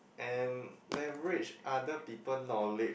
and leverage other people knowledge